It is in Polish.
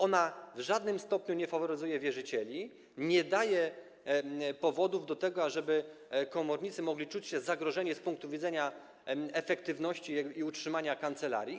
Ona w żadnym stopniu nie faworyzuje wierzycieli, nie daje powodów do tego, żeby komornicy mogli czuć się zagrożeni z punktu widzenia efektywności i utrzymania kancelarii.